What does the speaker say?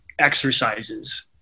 exercises